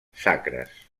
sacres